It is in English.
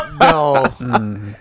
No